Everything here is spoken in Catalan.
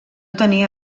tenia